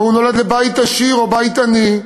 או הוא נולד לבית עשיר או לבית עני,